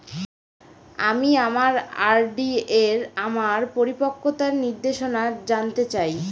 আমি আমার আর.ডি এর আমার পরিপক্কতার নির্দেশনা জানতে চাই